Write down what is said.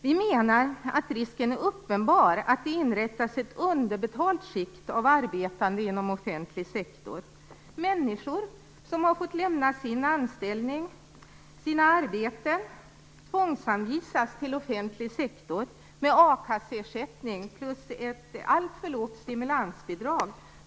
Vi menar att risken är uppenbar att det inrättas ett underbetalt skikt av arbetande inom offentlig sektor. Människor som har måst lämna sina arbeten tvångsanvisas till offentlig sektor med a-kasseersättning plus ett alltför lågt stimulansbidrag.